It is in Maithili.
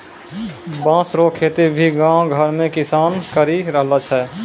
बाँस रो खेती भी गाँव घर मे किसान करि रहलो छै